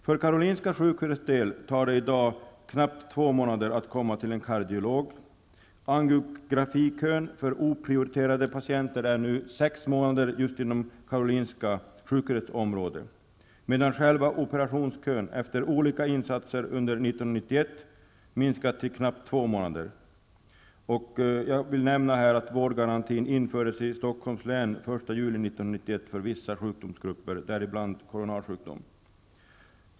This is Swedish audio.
För Karolinska sjukhusets del tar det i dag två månader att komma till en kardiolog. Angiografikön för oprioriterade patienter är nu sex månader inom Karolinska sjukhusets område, medan själva operationskön efter olika insatser under 1991 minskat till knappt två månader. Jag vill här nämna att vårdgarantin infördes i Stockholms län den 1 juli 1991 för vissa sjukdomsgrupper, däribland coronarsjukdom.